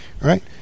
right